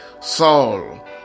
Saul